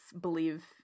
believe